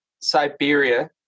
Siberia